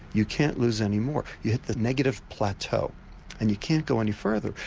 you can't lose any more, you hit the negative plateau and you can't go any further.